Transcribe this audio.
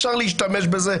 אפשר להשתמש בזה,